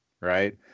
right